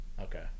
okay